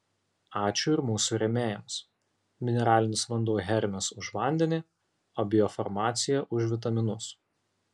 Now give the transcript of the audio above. ačiū ir mūsų rėmėjams mineralinis vanduo hermis už vandenį o biofarmacija už vitaminus